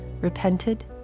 repented